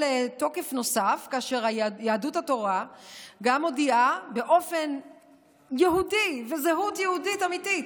תוקף נוסף כאשר יהדות התורה גם מודיעה באופן יהודי וזהות יהודית אמיתית,